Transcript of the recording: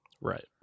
Right